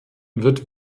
wird